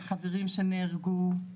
החברים שנהרגו,